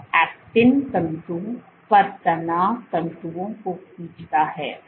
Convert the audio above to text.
यह एक्टिन तंतु पर तनाव तंतुओं को खींचता है